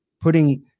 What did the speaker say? putting